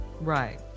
Right